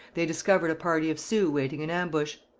they discovered a party of sioux waiting in ambush.